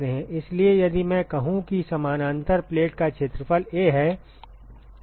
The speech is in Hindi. इसलिए यदि मैं कहूं कि समानांतर प्लेट का क्षेत्रफल A है